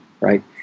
right